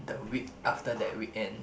the week after that weekend